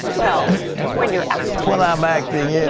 well when you're acting. when i'm acting. yeah